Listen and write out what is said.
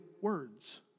words